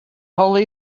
holy